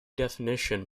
definition